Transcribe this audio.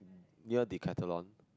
near Decathlon